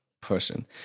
person